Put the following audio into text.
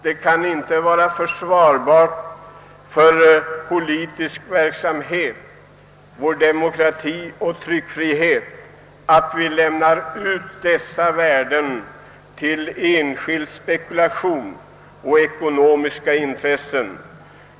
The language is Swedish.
Det kan inte vara försvarbart att vi lämnar ut sådana värden som politisk verksamhet, demokrati och tryckfrihet till enskild spekulation och enskilda intressen.